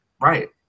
Right